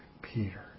peter